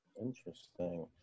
Interesting